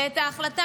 ואת ההחלטה,